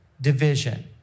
division